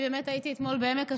אני באמת הייתי אתמול בעמק השלום.